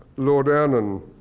lord erman,